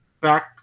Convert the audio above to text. back